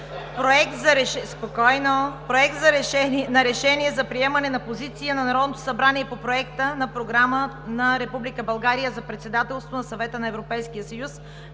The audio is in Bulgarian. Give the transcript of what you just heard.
„Проект на решение за приемане на позиция на Народното събрание по Проекта на Програма на Република България за председателство на Съвета на Европейския съюз